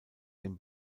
den